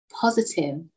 positive